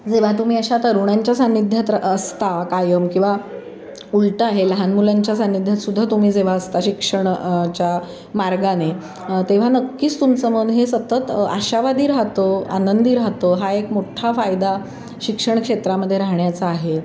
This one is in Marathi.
जेव्हा तुम्ही अशा तरुणांच्या सानिध्यात रा असता कायम किंवा उलटं आहे लहान मुलांच्या सानिध्यात सुद्धा तुम्ही जेव्हा असता शिक्षण च्या मार्गाने तेव्हा नक्कीच तुमचं मन हे सतत आशावादी राहतं आनंदी राहतं हा एक मोठा फायदा शिक्षण क्षेत्रामध्ये राहण्याचा आहे